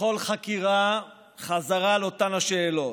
בכל חקירה, חזרה על אותן השאלות.